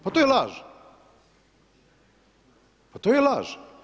Pa to je laž, pa to je laž.